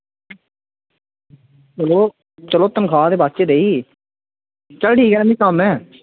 चलो तन्खाह ते वैसे रेही चल ठीक ऐ यरा में कम्म ऐ